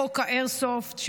חוק האיירסופט,